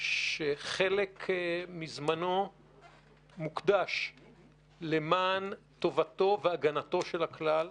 שחלק מזמנו מוקדש למען טובת והגנת הכלל,